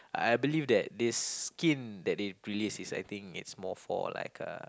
I believe that this skin that they release is I think it's more for like a